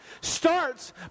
starts